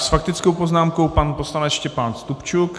S faktickou poznámkou pan poslanec Štěpán Stupčuk.